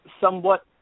somewhat